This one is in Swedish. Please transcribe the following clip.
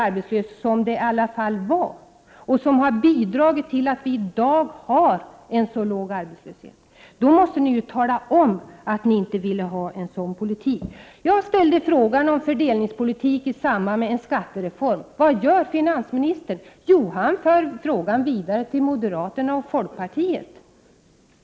Vår politik bidrog till att arbetslösheten i dag är så låg som den är. I stället för att kritisera oss måste ni i så fall tala om att ni inte ville att en sådan politik skulle föras. Jag ställde en fråga om fördelningspolitik i samband med en skattereform. Men vad gör finansministern? Jo, han för frågan vidare till moderaterna och folkpartiet.